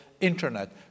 Internet